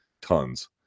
tons